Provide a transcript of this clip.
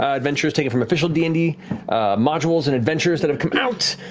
ah adventures taken from official d and d modules and adventures that have come out,